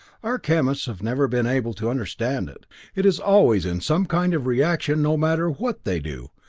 our chemists have never been able to understand it it is always in some kind of reaction no matter what they do,